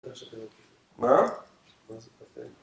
מה?